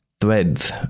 threads